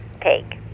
take